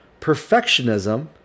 Perfectionism